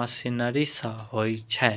machinery सं होइ छै